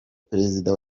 perezida